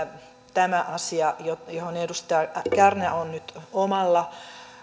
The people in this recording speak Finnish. tämä asia johon edustaja kärnä on nyt omalla